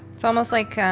it's almost like,